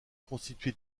constitué